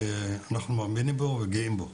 אנחנו מאמינים בו וגאים בו.